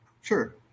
Sure